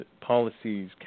policies